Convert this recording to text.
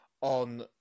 on